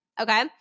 Okay